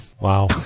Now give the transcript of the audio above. wow